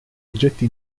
oggetti